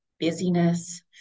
busyness